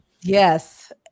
Yes